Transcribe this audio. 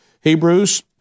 Hebrews